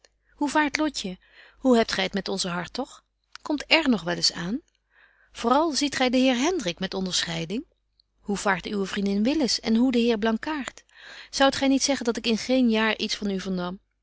hoe vaart lotje hoe hebt gy t met onze hartog komt r nog wel eens aan vooral ziet gy den heer hendrik met onderscheiding hoe vaart uwe vriendin willis en hoe de heer blankaart zoudt gy niet zeggen dat ik in geen jaar iets van u vernam